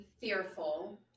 fearful